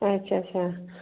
अच्छा अच्छा